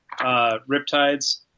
Riptides